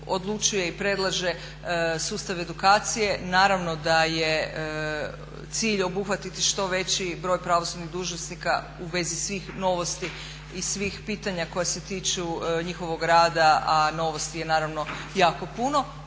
odlučuje i predlaže sustav edukacije naravno da je cilj obuhvatiti što veći broj pravosudnih dužnosnika u vezi svih novosti i svih pitanja koja se tiču njihovog rada a novosti je naravno jako puno.